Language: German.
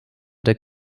der